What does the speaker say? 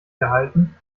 gehalten